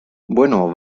bueno